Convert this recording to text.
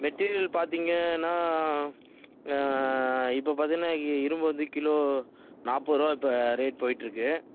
material பார்த்தீங்கன்னா இப்போது பார்த்தீங்கன்னா இ இரும்பு வந்து கிலோ நாற்பது ரூபா இப்போ ரேட் போய்கிட்டுருக்கு